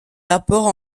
rapports